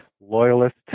loyalist